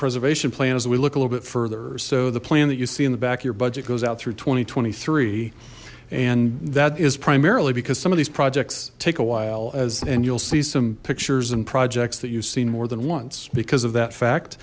preservation plan is that we look a little bit further so the plan that you see in the back of your budget goes out through two thousand and twenty three and that is primarily because some of these projects take a while as and you'll see some pictures and projects that you've seen more than once because of that fact